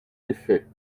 effet